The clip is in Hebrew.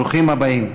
ברוכים הבאים.